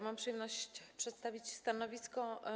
Mam przyjemność przedstawić stanowisko